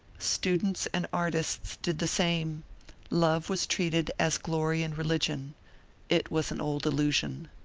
students and artists did the same love was treated as glory and religion it was an old illusion.